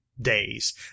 Days